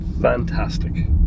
fantastic